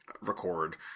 ...record